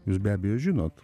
jūs be abejo žinot